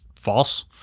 false